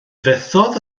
fethodd